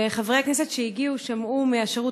וחברי הכנסת שהגיעו שמעו מהשירות